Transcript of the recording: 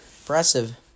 Impressive